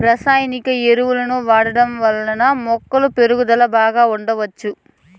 రసాయనిక ఎరువులను వాడటం వల్ల మొక్కల పెరుగుదల బాగా ఉండచ్చు